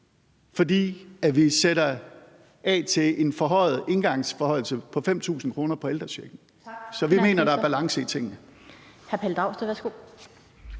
fordi vi sætter midler af til en forhøjet engangsforhøjelse på 5.000 kr. i forhold til ældrechecken. Så vi mener, der er balance i tingene.